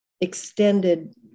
extended